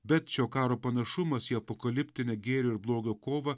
bet šio karo panašumas į apokaliptinę gėrio ir blogio kovą